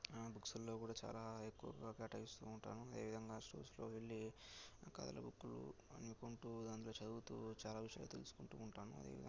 బుక్స్ల్లో కూడా చాలా ఎక్కువగా కేటాయిస్తూ ఉంటాను అదేవిధంగా స్టోర్స్లోకి వెళ్లి కథల బుక్కులు అనుకుంటూ దాంట్లో చదువుతూ చాలా విషయాలు తెలుసుకుంటూ ఉంటాను అదేవిధంగా